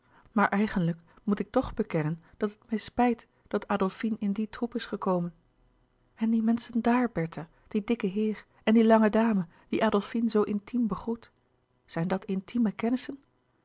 maar eigenlijk moet ik toch bekennen dat het mij spijt dat adolfine in die troep is gekomen en die menschen daar bertha die dikke heer en die lange dame die adolfine zoo intiem begroet zijn dat intieme kennissen